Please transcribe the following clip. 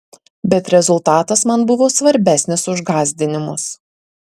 bet rezultatas man buvo svarbesnis už gąsdinimus